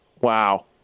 Wow